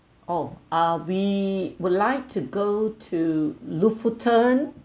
oh uh we would like to go to lofoten